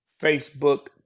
Facebook